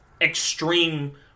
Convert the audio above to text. extreme